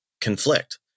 conflict